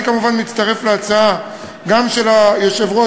אני כמובן מצטרף גם להצעה של היושבת-ראש,